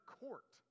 court